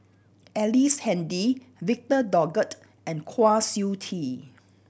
Ellice Handy Victor Doggett and Kwa Siew Tee